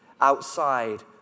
outside